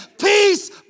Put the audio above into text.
Peace